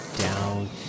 down